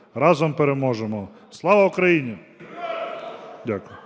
Разом переможемо. Слава Україні!